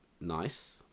Nice